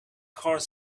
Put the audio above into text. cars